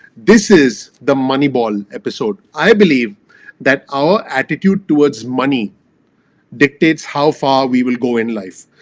this is the moneyball episode. i believe that our attitude towards money dictates how far we will go in life.